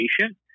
patient